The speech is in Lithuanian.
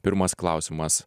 pirmas klausimas